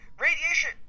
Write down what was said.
radiation